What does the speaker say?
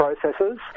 processes